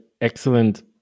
excellent